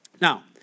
Now